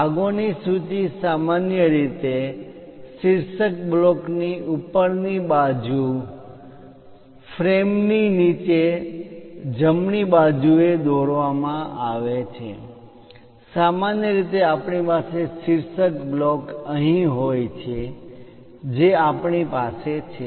ભાગોની સૂચિ સામાન્ય રીતે શીર્ષક બ્લોકની ઉપરની બાજુ ફ્રેમ ની નીચે જમણી બાજુ એ દોરવામાં આવે છે સામાન્ય રીતે આપણી પાસે શીર્ષક બ્લોક અહીં હોય છે જે આપણી પાસે છે